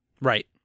Right